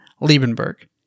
Liebenberg